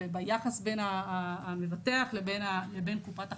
ביחס בין המבטח לבין קופת החולים,